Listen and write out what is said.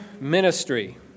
ministry